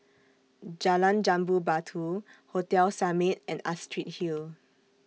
Jalan Jambu Batu Hotel Summit and Astrid Hill